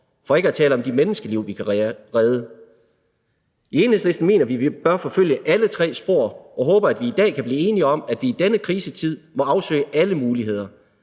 for ikke at tale om de menneskeliv, vi kan redde. I Enhedslisten mener vi, at vi bør forfølge alle tre spor, og håber, at vi i dag kan blive enige om, at vi i denne krisetid må afsøge alle muligheder.